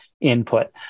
input